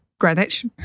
Greenwich